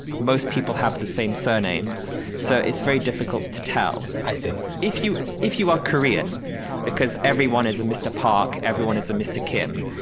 most people have the same surnames. so it's very difficult to tell. i see if you if you are korean because everyone is a mr. pak. everyone is a mr. kim.